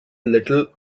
little